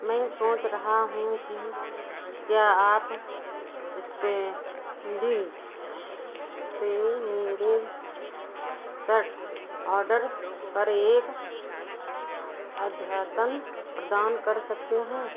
मैं सोच रहा हूँ कि क्या आप स्नैपडील से मेरे शर्ट ऑर्डर पर एक अद्यतन प्रदान कर सकते हैं